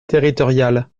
territoriales